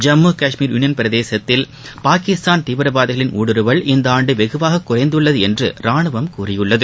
Jammu Kashmir union பிரதேசத்தில் பாகிஸ்தாள் தீவிரவாதிகளின் ஊடுருவல் இந்த ஆண்டு வெகுவாகக் குறைந்துள்ளது என்று ராணுவம் கூறியுள்ளது